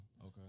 Okay